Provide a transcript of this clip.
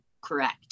Correct